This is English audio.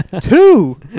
Two